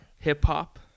hip-hop